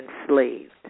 enslaved